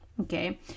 okay